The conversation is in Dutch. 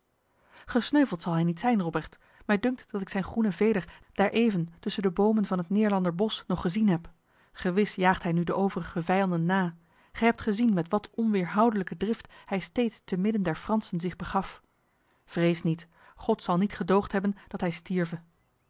gesneuveld zal hij niet zijn robrecht mij dunkt dat ik zijn groene veder daar even tussen de bomen van het neerlanderbos nog gezien heb gewis jaagt hij nu de overige vijanden na gij hebt gezien met wat onweerhoudelijke drift hij steeds te midden der fransen zich begaf vrees niet god zal niet gedoogd hebben dat hij stierve